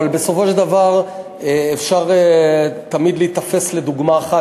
אבל בסופו של דבר אפשר תמיד להיתפס לדוגמה אחת.